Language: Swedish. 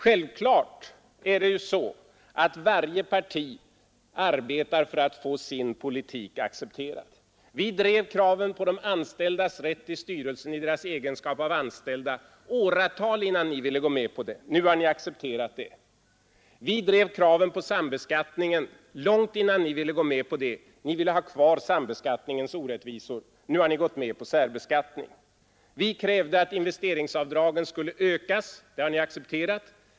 Självfallet arbetar varje parti för att få sin politik accepterad. Vi drev kraven på de anställdas rätt att sitta med i styrelsen i deras egenskap av anställda i åratal innan ni ville gå med på det. Nu har ni accepterat det! Vi drev kravet på särbeskattning långt innan ni ville gå med på det. Ni ville ha kvar sambeskattningens orättvisor. Nu har ni gått med på särbeskattning. Vi krävde att investeringsavdragen skulle ökas. Det har ni accepterat.